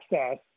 access